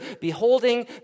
beholding